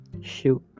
shoot